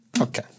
Okay